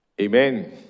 Amen